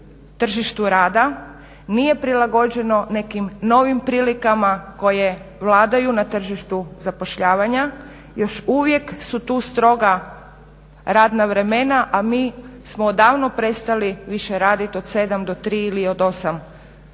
tržištu rada, nije prilagođeno nekim novim prilikama koje vladaju na tržištu zapošljavanja, još uvijek su tu stroga radna vremena a mi smo odavno prestali više raditi od 7 do 3 ili od 8 do